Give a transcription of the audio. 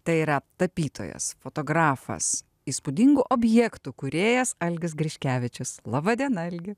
tai yra tapytojas fotografas įspūdingų objektų kūrėjas algis griškevičius laba diena algi